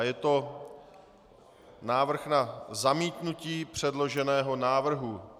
Je to návrh na zamítnutí předloženého návrhu.